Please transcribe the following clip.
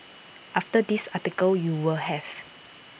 after this article you will have